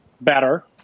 better